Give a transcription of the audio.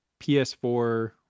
ps4